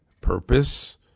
purpose